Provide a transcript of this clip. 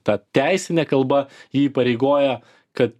ta teisinė kalba ji įpareigoja kad